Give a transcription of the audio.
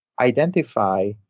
identify